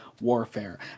warfare